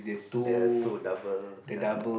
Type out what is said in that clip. the two double ah